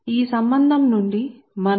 కాబట్టి ఈ సంబంధం నుండి ఏమి చేస్తారు